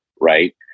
right